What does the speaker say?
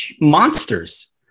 monsters